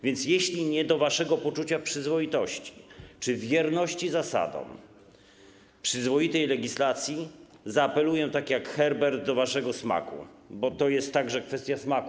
Więc jeśli nie do waszego poczucia przyzwoitości czy wierności zasadom przyzwoitej legislacji, zaapeluję, tak jak Herbert, do waszego smaku, bo to jest po prostu także kwestia smaku: